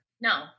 No